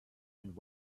and